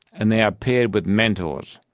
and they are paired with mentors.